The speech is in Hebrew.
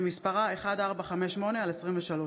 שמספרה פ/1458/25.